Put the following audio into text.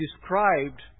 described